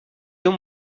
deux